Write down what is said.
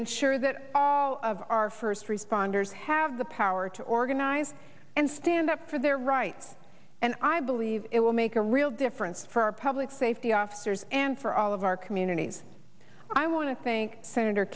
ensure that all of our first responders have the power to organize and stand up for their rights and i believe it will make a real difference for our public safety officers and for all of our communities i want to think senator